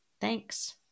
thanks